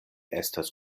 estas